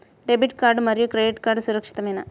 Debit card మరియు credit card సురక్షితమేనా?